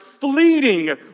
fleeting